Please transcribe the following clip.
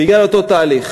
בגלל אותו תהליך.